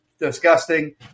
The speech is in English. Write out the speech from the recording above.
disgusting